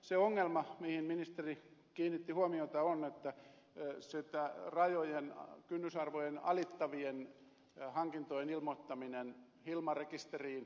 se ongelma mihin ministeri kiinnitti huomiota on rajojen kynnysarvojen alittavien hankintojen ilmoittaminen hilma rekisteriin